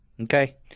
Okay